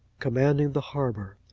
commanding the harbour.